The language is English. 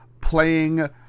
playing